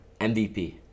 MVP